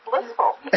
Blissful